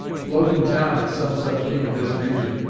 floating tom is some such king of this region,